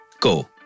Go